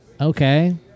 okay